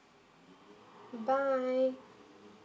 goodbye